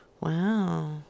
Wow